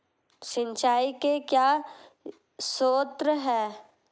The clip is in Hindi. सिंचाई के क्या स्रोत हैं?